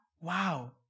wow